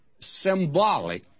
symbolic